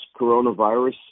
coronavirus